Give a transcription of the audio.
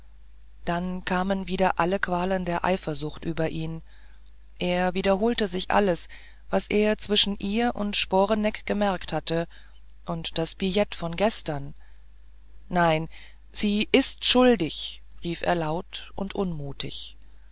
dann kamen wieder alle qualen der eifersucht über ihn er wiederholte sich alles was er zwischen ihr und sporeneck bemerkt hatte und das billett von gestern nein sie ist schuldig rief er laut und unmutig